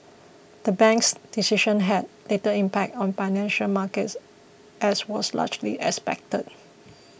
the bank's decision had little impact on financial markets as was largely expected